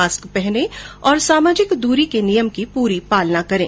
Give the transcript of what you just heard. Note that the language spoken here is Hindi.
मास्क पहने और सामाजिक दूरी के नियम की पूरी पालना करें